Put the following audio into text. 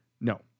No